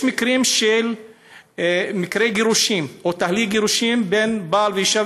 יש מקרי גירושין או תהליך גירושין בין בעל ואישה,